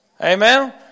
Amen